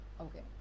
Okay